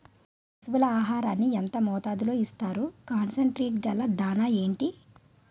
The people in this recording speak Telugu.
పశువుల ఆహారాన్ని యెంత మోతాదులో ఇస్తారు? కాన్సన్ ట్రీట్ గల దాణ ఏంటి?